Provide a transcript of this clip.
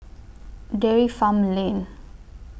Dairy Farm Lane